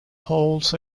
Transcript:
holds